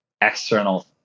external